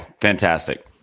fantastic